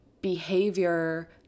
behavior